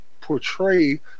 portray